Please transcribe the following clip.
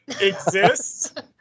exists